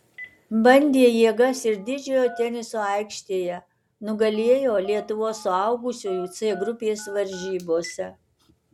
bandė jėgas ir didžiojo teniso aikštėje nugalėjo lietuvos suaugusiųjų c grupės varžybose